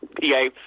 PA